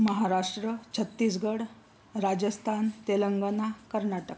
Maharashtra Chhattisgarh Rajasthan Telangana Karnataka